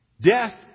Death